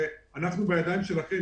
אנחנו הרי בידיים שלכם,